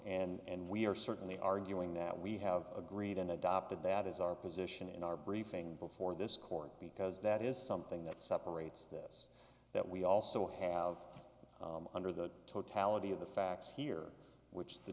and we are certainly arguing that we have agreed and adopted that is our position in our briefing before this court because that is something that separates this that we also have under the totality of the facts here which the